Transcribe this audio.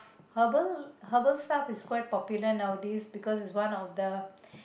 herbal herbal stuff is quite popular nowadays because it's one of the